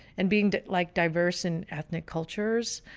and being like diverse and ethnic cultures.